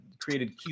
created